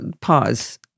pause